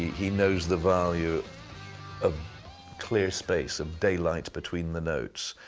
he knows the value of clear space, of daylight between the notes.